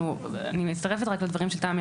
אני מצטרפת לדברים של תמי.